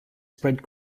spread